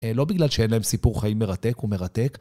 לא בגלל שאין להם סיפור חיים מרתק, הוא מרתק.